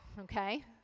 okay